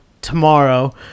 tomorrow